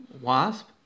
wasp